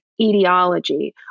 etiology